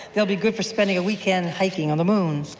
they will be good for spending a weekend hiking on the moon.